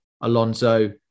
Alonso